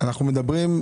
אנו מדברים,